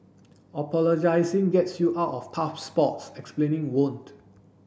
apologising gets you out of tough spots explaining won't